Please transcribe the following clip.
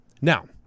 Now